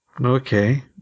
Okay